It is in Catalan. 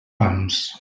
pams